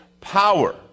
power